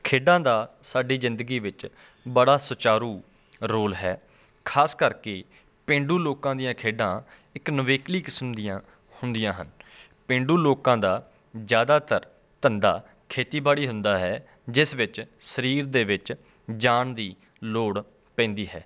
ਖੇਡਾਂ ਦਾ ਸਾਡੀ ਜ਼ਿੰਦਗੀ ਵਿੱਚ ਬੜਾ ਸੁਚਾਰੂ ਰੋਲ ਹੈ ਖਾਸ ਕਰਕੇ ਪੇੇਂਡੂ ਲੋਕਾਂ ਦੀਆਂ ਖੇਡਾਂ ਇੱਕ ਨਿਵੇਕਲੀ ਕਿਸਮ ਦੀਆਂ ਹੁੰਦੀਆਂ ਹਨ ਪੇਂਡੂ ਲੋਕਾਂ ਦਾ ਜ਼ਿਆਦਾਤਰ ਧੰਦਾ ਖੇਤੀਬਾੜੀ ਹੁੰਦਾ ਹੈ ਜਿਸ ਵਿੱਚ ਸਰੀਰ ਦੇ ਵਿੱਚ ਜਾਨ ਦੀ ਲੋੜ ਪੈਂਦੀ ਹੈ